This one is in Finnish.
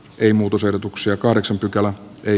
ei muutosehdotuksia kahdeksan pykälää ei